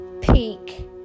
peak